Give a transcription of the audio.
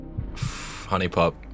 Honeypop